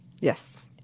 Yes